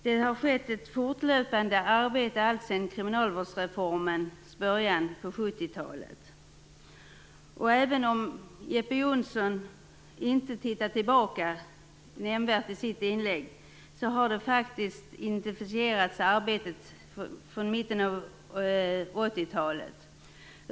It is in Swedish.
Det har skett ett fortlöpande arbete alltsedan kriminalvårdsreformen i början av 1970-talet. Även om Jeppe Johnsson inte ser tillbaka nämnvärt i sitt inlägg har arbetet intensifierats sedan mitten av 1980-talet.